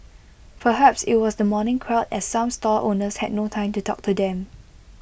perhaps IT was the morning crowd as some stall owners had no time to talk to them